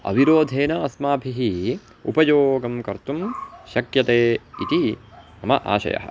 अविरोधेन अस्माभिः उपयोगं कर्तुं शक्यते इति मम आशयः